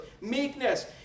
meekness